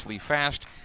fast